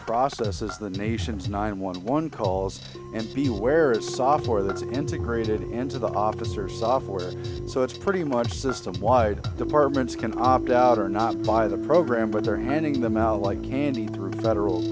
processes the nation's nine one one calls and to be aware of software that's integrated into the office or software so it's pretty much system wide departments can opt out or not by the program but they're handing them out like candy through